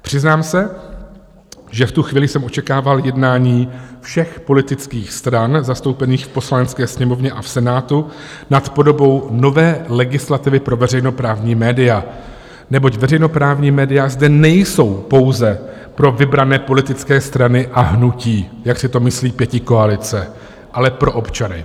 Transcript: Přiznám se, že v tu chvíli jsem očekával jednání všech politických stran zastoupených v Poslanecké sněmovně a v Senátu nad podobou nové legislativy pro veřejnoprávní média, neboť veřejnoprávní média zde nejsou pouze pro vybrané politické strany a hnutí, jak si to myslí pětikoalice, ale pro občany.